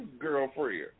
girlfriend